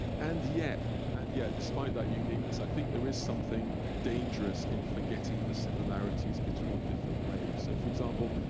and yet and yet despite that uniqueness, i think there is something dangerous in forgetting the similarities between different waves. so for example,